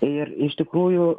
ir iš tikrųjų